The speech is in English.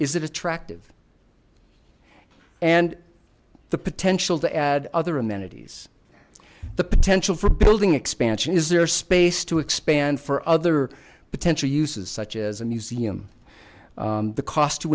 that attractive and the potential to add other amenities the potential for building expansion is there space to expand for other potential uses such as a museum the cost to